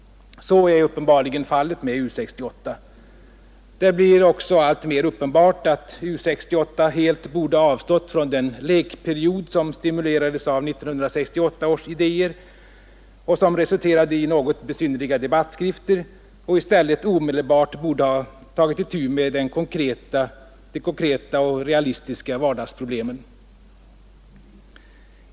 Så är uppenbarligen fallet med U 68. Det blir också alltmer uppenbart att U 68 helt borde ha avstått från den lekperiod som stimulerades av 1968 års idéer och som resulterade i något besynnerliga debattskrifter och i stället omedelbart borde ha tagit itu med de konkreta och realistiska vardagsproblemen.